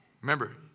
Remember